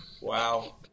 Wow